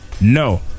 No